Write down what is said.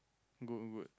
good good